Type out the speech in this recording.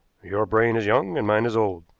your brain is young and mine is old.